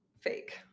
fake